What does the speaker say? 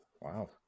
Wow